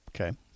Okay